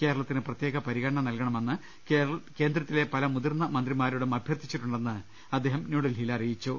കേരളത്തിന് പ്രത്യേക പരിഗണന നൽകണമെന്ന് കേന്ദ്രത്തിലെ പല മുതിർന്ന മന്ത്രിമാരോടും അഭ്യർത്ഥിച്ചിട്ടുണ്ടെന്ന് അദ്ദേഹം ന്യൂഡൽഹിയിൽ അറിയിച്ചു